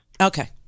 okay